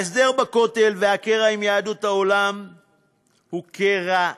ההסדר בכותל, הקרע עם יהדות העולם הוא קרע עצום,